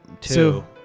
two